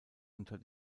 unter